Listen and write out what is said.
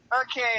Okay